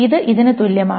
ഇത് ഇതിന് തുല്യമാണ്